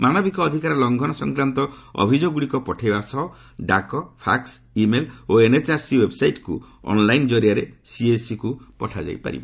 ମାନବିକ ଅଧିକାର ଲଂଘନ ସଂକ୍ରାନ୍ତ ଅଭିଯୋଗଗୁଡ଼ିକ ପଠାଇବା ସହ ଡାକ ଫ୍ରାକ୍କ ଇ ମେଲ୍ ଓ ଏନ୍ଏଚ୍ଆର୍ସି ଓ୍ୱେବ୍ସାଇଟ୍କୁ ଅନ୍ଲାଇନ୍ ଜରିଆରେ ସିଏସ୍ସି କୁ ପଠାଯାଇ ପାରିବ